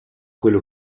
quello